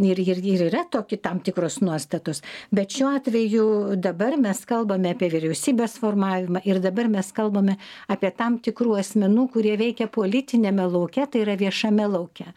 ir ir ir yra toki tam tikros nuostatos bet šiuo atveju dabar mes kalbam apie vyriausybės formavimą ir dabar mes kalbame apie tam tikrų asmenų kurie veikia politiniame lauke tai yra viešame lauke